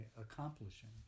accomplishing